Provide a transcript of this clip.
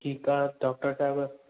ठीकु आहे डॉक्टर साहिबु